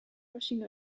rushing